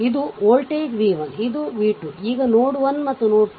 ಇದು voltage v 1 ಇದು v 2 ಈಗ ನೋಡ್ 1 ಮತ್ತು ಇದು ನೋಡ್ 2